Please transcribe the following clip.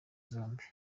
zombi